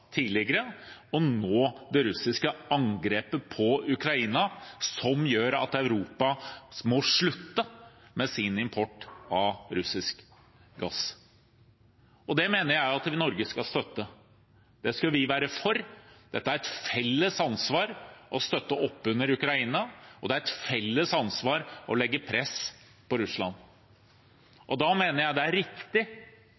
tidligere og nå det russiske angrepet på Ukraina som gjør at Europa må slutte med sin import av russisk gass. Det mener jeg at Norge skal støtte. Det skal vi være for. Det er et felles ansvar å støtte opp under Ukraina, og det er et felles ansvar å legge press på Russland.